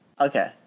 okay